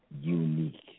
unique